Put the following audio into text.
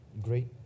Great